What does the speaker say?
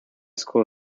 school